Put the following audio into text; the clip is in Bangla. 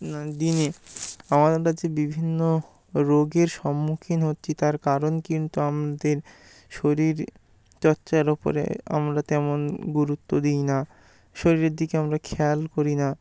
দিনে আমরা যে বিভিন্ন রোগের সম্মুখীন হচ্ছি তার কারণ কিন্তু আমাদের শরীর চর্চার ওপরে আমরা তেমন গুরুত্ব দিই না শরীরের দিকে আমরা খেয়াল করি না